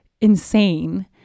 insane